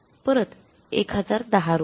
परत १०१० रुपये